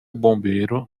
bombeiro